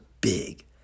big